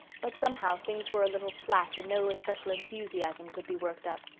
but somehow things were a little flat and no especial enthusiasm could be worked up.